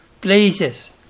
places